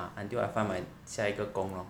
ah until I find my 下一个工 lor